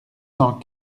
cent